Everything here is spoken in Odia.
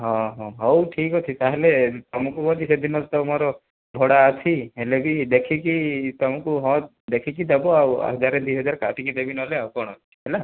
ହଁ ହଉ ହଉ ଠିକ୍ ଅଛି ତାହେଲେ ତମକୁ କହୁଛି ସେଦିନ ତ ମୋର ଭଡ଼ା ଅଛି ହେଲେ ବି ଦେଖିକି ତମକୁ ହ ଦେଖିକି ଦେବ ଆଉ ହଜାରେ ଦୁଇ ହଜରେ କାଟିକି ଦେବି ନହେଲେ ଆଉ କଣ ଅଛି ହେଲା